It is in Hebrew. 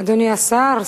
אדוני השר.